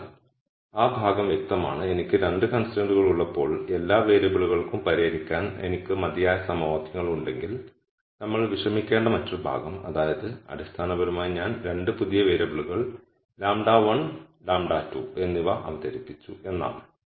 അതിനാൽ ആ ഭാഗം വ്യക്തമാണ് എനിക്ക് 2 കൺസ്ട്രൈന്റുകൾ ഉള്ളപ്പോൾ എല്ലാ വേരിയബിളുകൾക്കും പരിഹരിക്കാൻ എനിക്ക് മതിയായ സമവാക്യങ്ങൾ ഉണ്ടെങ്കിൽ നമ്മൾ വിഷമിക്കേണ്ട മറ്റൊരു ഭാഗം അതായത് അടിസ്ഥാനപരമായി ഞാൻ 2 പുതിയ വേരിയബിളുകൾ λ1 λ2 എന്നിവ അവതരിപ്പിച്ചു എന്നാണ്